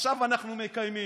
עכשיו אנחנו מקיימים.